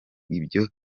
bitanga